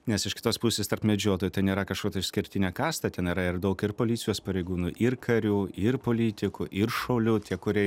nes iš kitos pusės tarp medžiotojų ten yra kažkuo tai išskirtinė kasta ten yra ir daug ir policijos pareigūnų ir karių ir politikų ir šaulių tie kurie